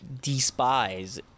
despise